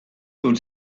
good